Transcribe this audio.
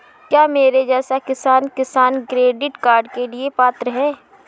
क्या मेरे जैसा किसान किसान क्रेडिट कार्ड के लिए पात्र है?